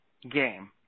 game